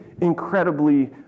incredibly